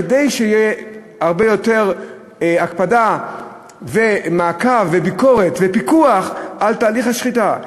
כדי שיהיו הרבה יותר הקפדה ומעקב וביקורת ופיקוח על תהליך השחיטה.